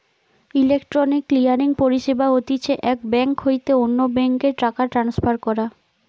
electronic clearing পরিষেবা হতিছে এক বেঙ্ক হইতে অন্য বেঙ্ক এ টাকা ট্রান্সফার করা